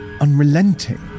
unrelenting